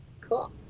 Cool